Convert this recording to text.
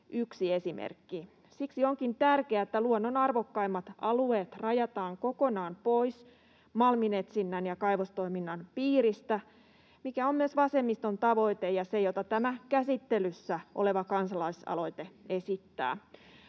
Siksi onkin tärkeää, että luonnon arvokkaimmat alueet rajataan kokonaan pois malminetsinnän ja kaivostoiminnan piiristä, mikä on myös vasemmiston tavoite ja se, mitä tämä käsittelyssä oleva kansalaisaloite esittää.